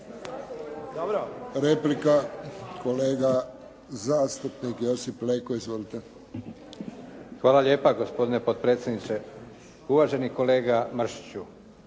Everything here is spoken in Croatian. Replika, kolega zastupnik Josip Leko. Izvolite. **Leko, Josip (SDP)** Hvala lijepa gospodine potpredsjedniče. Uvaženi kolega Mršiću